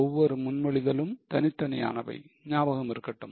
ஒவ்வொரு முன் மொழிதலும் தனித்தனியானவை ஞாபகம் இருக்கட்டும்